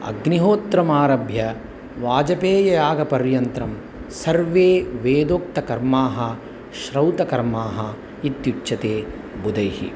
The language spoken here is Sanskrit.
अग्निहोत्रम् आरभ्य वाजपेययागपर्यन्तं सर्वे वेदोक्तकर्माः श्रौतकर्माः इत्युच्यते बुधैः